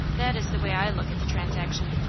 that is the way i look at the transaction.